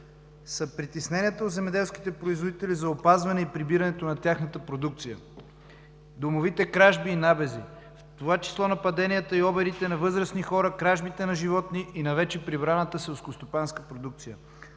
са притесненията у земеделските производители за опазването и прибирането на тяхната продукция, домовите кражби и набези, в това число нападенията и обирите на възрастни хора, кражбите на животни и на вече прибраната селскостопанска продукция.